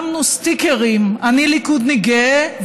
שמנו סטיקרים "אני ליכודניק גאה",